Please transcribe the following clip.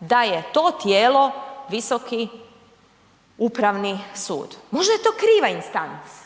da je to tijelo Visoki upravni sud. Možda je to kriva instanca,